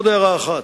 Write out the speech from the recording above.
עוד הערה אחת,